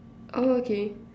oh okay